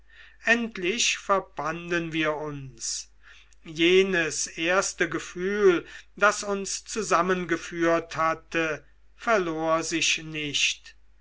endlich verbanden wir uns jenes erste gefühl das uns zusammengeführt hatte verlor sich nicht